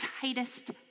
tightest